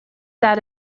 that